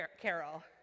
Carol